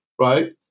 right